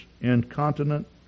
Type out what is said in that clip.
incontinent